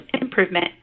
improvement